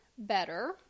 better